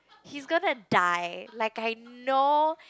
he's gonna die like I know